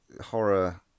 horror